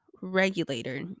regulator